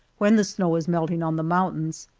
when the snow is melting on the mountains,